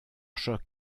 chocs